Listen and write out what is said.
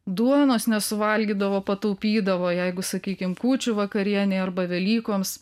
duonos nesuvalgydavo pataupydavo jeigu sakykim kūčių vakarienei arba velykoms